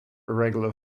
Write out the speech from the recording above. irregular